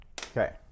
okay